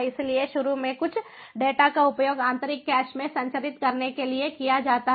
इसलिए शुरू में कुछ डेटा का उपयोग आंतरिक कैश में संचारित करने के लिए किया जाता है